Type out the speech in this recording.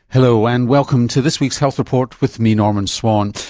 hello, and welcome to this week's health report with me, norman swan.